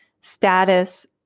status